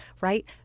right